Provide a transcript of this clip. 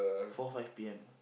four five P_M